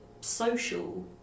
social